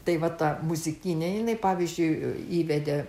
tai va ta muzikinė jinai pavyzdžiui įvedė